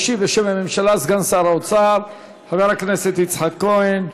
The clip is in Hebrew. ישיב בשם הממשלה סגן שר האוצר חבר הכנסת יצחק כהן.